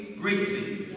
greatly